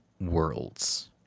worlds